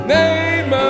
name